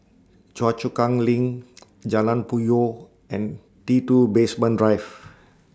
Choa Chu Kang LINK Jalan Puyoh and T two Basement Drive